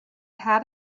had